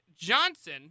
Johnson